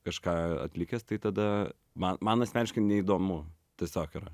kažką atlikęs tai tada man man asmeniškai neįdomu tiesiog yra